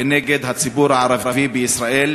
כנגד הציבור הערבי בישראל: